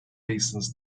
basins